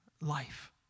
Life